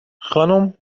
خانوم